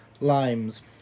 limes